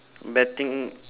betting